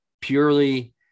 purely